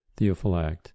Theophylact